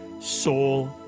soul